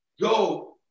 Go